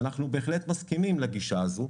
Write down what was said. ואנחנו בהחלט מסכימים לגישה הזו,